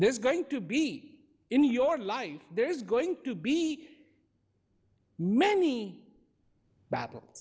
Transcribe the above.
there's going to be in your life there is going to be many battle